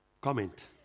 comment